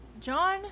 John